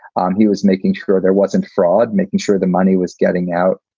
um he was making sure there wasn't fraud, making sure the money was getting out,